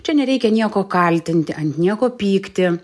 čia nereikia nieko kaltinti ant nieko pykti